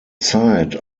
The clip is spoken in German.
zeit